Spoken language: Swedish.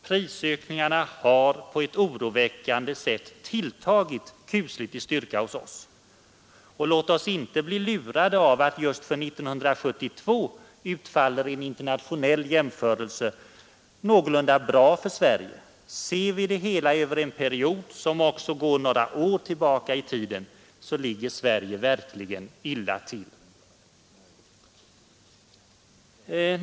Prisökningarna har tilltagit kusligt i styrka hos oss. Låt oss inte heller bli lurade av att just för 1972 utfaller en internationell jämförelse någorlunda bra för Sverige. Ser vi det hela över en period som också går några år tillbaka i tiden ligger Sverige illa till. 3.